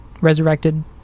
resurrected